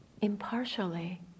impartially